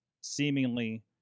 seemingly